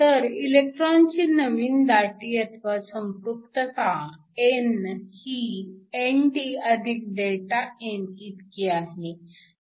तर इलेक्ट्रॉनची नवीन दाटी अथवा संपृक्तता n ही ND Δn इतकी आहे